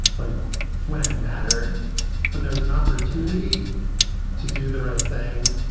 like when it mattered when there is an opportunity to do the right thing.